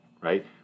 right